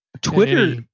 Twitter